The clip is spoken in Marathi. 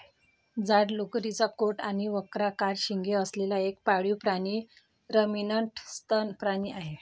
जाड लोकरीचा कोट आणि वक्राकार शिंगे असलेला एक पाळीव प्राणी रमिनंट सस्तन प्राणी आहे